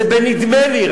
זה רק בנדמה לי.